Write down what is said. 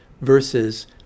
versus